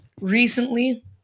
recently